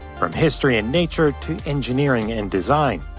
from history and nature to engineering and design.